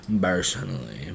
Personally